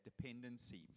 dependency